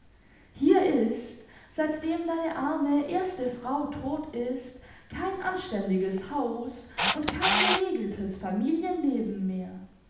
hier ist seitdem deine arme erste frau tot ist kein anständiges haus und kein geregeltes familienleben mehr